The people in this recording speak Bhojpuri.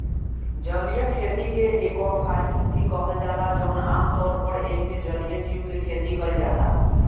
जलीय खेती के एक्वाफार्मिंग भी कहल जाला जवन आमतौर पर एइमे जलीय जीव के खेती कईल जाता